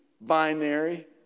binary